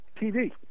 TV